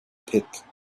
pit